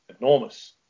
enormous